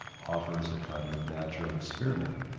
offers a kind of natural experiment.